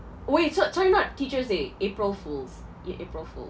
wait so~ sorry not teachers' day april fool's yeah april fool